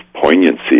poignancy